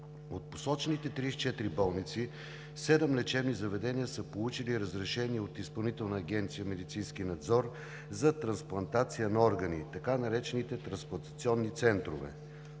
От посочените 34 болници седем лечебни заведения са получили разрешения от Изпълнителна агенция „Медицински надзор“ за трансплантация на органи, така наречените трансплантационни центрове.